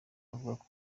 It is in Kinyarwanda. avuga